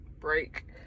break